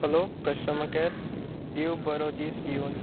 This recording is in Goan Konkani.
हॅलो कस्टमर कॅर देव बरो दीस दिवं